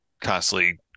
constantly